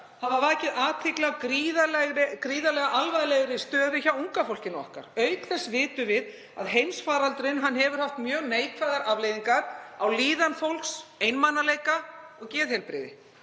hafa vakið athygli á gríðarlega alvarlegri stöðu hjá unga fólkinu okkar. Auk þess vitum við að heimsfaraldurinn hefur haft mjög neikvæðar afleiðingar á líðan fólks, einmanaleika og geðheilbrigði.